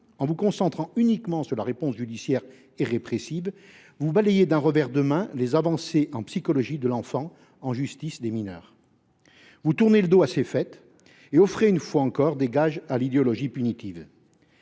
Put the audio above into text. En vous concentrant uniquement sur la réponse judiciaire et répressive, vous balayez d’un revers de main les avancées obtenues dans les domaines de la psychologie de l’enfant et de la justice des mineurs. Vous tournez le dos à ces faits et offrez, une fois encore, des gages à l’idéologie punitive.